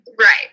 Right